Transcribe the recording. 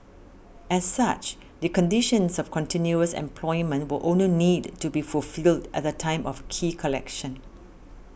as such the conditions of continuous employment will only need to be fulfilled at the time of key collection